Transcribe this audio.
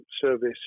service